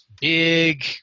big